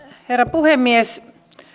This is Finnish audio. herra puhemies